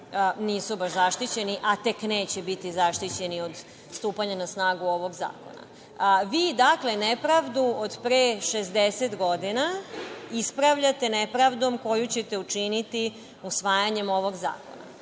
nisu baš zaštićeni, a tek neće biti zaštićeni od stupanja na snagu ovog zakona. Vi dakle, nepravdu od pre 60 godina ispravljate nepravdom koju ćete učiniti usvajanjem ovog